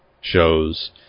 shows